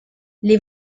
les